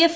F